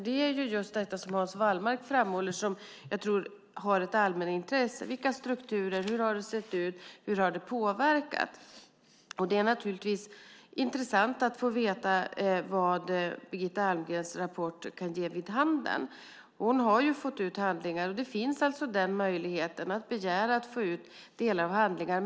Det är just det som Hans Wallmark framhåller har ett allmänintresse, det vill säga strukturer, hur det har sett ut och påverkat. Det är naturligtvis intressant att få veta vad Birgitta Almgrens rapport kan ge vid handen. Hon har fått ut handlingar, och möjligheten finns att begära ut delar av handlingar.